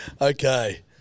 Okay